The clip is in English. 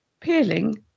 peeling